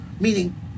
Meaning